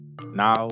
now